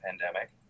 pandemic